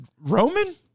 Roman